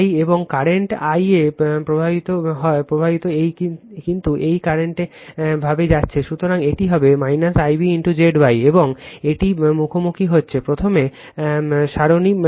তাই এবং কারেন্ট এই Ia প্রবাহিত এই কিন্তু এই কারেন্ট এই ভাবে যাচ্ছে সুতরাং এটি হবে Ib Zy এবং এটি মুখোমুখি হচ্ছে প্রথমে সারণী তাই ab 0